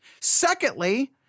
Secondly